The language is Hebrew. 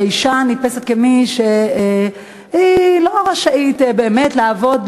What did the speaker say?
האישה נתפסת כמי שאינה רשאית באמת לעבוד,